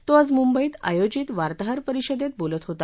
तो आज मुद्धित आयोजित वार्ताहर परिषदेत बोलत होता